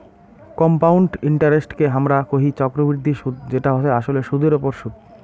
compound ইন্টারেস্টকে হামরা কোহি চক্রবৃদ্ধি সুদ যেটা হসে আসলে সুদের ওপর সুদ